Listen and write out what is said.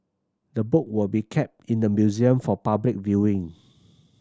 the book will be kept in the museum for public viewing